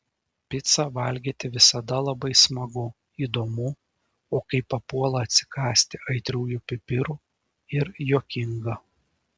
picą valgyti visada labai smagu įdomu o kai papuola atsikąsti aitriųjų pipirų ir juokinga